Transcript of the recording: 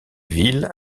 ville